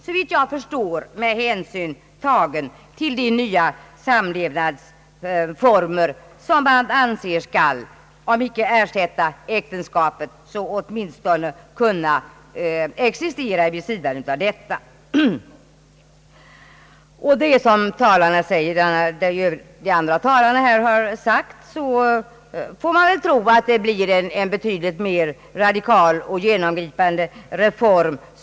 Såvitt jag förstår har hänsyn där tagits till de nya samlevnadsformer som man anser skall om inte ersätta äktenskapet så åtminstone existera vid sidan av detta. Om det är så som övriga talare här har sagt kommer väl den utredningen att leda till en betydligt mer radikal och genomgripande reform.